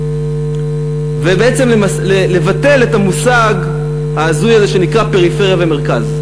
ובעצם לבטל את המושג ההזוי הזה שנקרא "פריפריה ומרכז".